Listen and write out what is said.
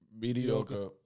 mediocre